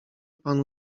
panu